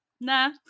Nah